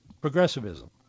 progressivism